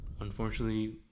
unfortunately